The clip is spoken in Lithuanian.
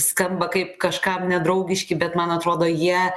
skamba kaip kažkam nedraugiški bet man atrodo jie